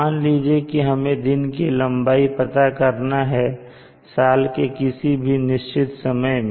मान लीजिए कि हमें दिन की लंबाई पता करना है साल के किसी भी निश्चित समय में